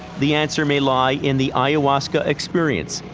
the answer may lie in the ayahuasca experience,